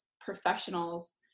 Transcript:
professionals